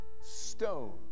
stone